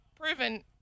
proven